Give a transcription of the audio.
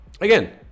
again